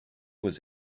was